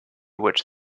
which